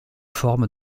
forme